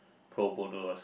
pro bono